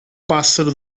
pássaro